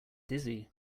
dizzy